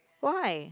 why